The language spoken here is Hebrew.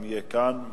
אם יהיה כאן,